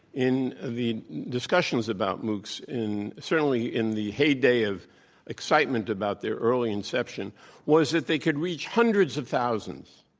in the discussions about moocs in certainly in the heyday of excitement about their early inception was that they could reach hundreds of thousands